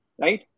Right